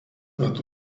metu